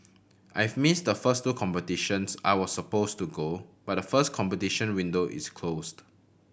I've missed the first two competitions I was supposed to go to but the first competition window is closed